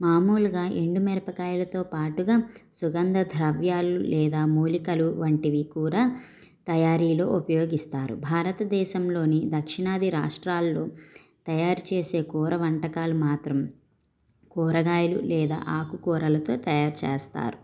మామూలుగా ఎండు మిరపకాయలతోపాటుగా సుగంధద్రవ్యాలు లేదా మూలికలు వంటివి కూడా తయారీలో ఉపయోగిస్తారు భారతదేశంలోని దక్షిణాది రాష్ట్రాలలో తయారుచేసే కూరవంటకాలు మాత్రం కూరగాయలు లేదా ఆకుకూరలతో తయారుచేస్తారు